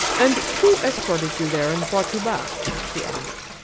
and who escorted you there, and brought you back? she asked.